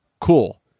cool